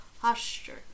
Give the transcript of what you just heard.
posture